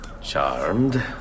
Charmed